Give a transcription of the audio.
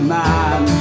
man